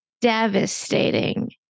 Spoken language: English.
devastating